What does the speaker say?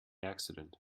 accident